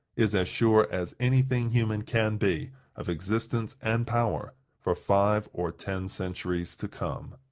is as sure as any thing human can be of existence and power for five or ten centuries to come.